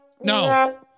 no